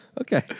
Okay